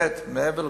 כמו כן,